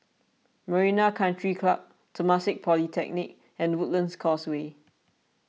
Marina Country Club Temasek Polytechnic and Woodlands Causeway